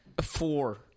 four